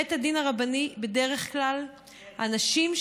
בבית הדין הרבני בדרך כלל הנשים,